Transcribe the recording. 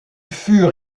fut